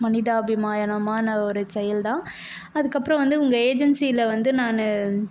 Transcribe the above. மனிதாபிமானமான ஒரு செயல் தான் அதுக்கப்புறம் வந்து உங்கள் ஏஜென்சியில வந்து நான்